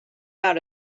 out